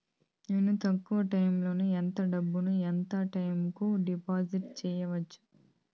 నేను తక్కువ టైములో ఎంత డబ్బును ఎంత టైము కు డిపాజిట్లు సేసుకోవచ్చు?